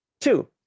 two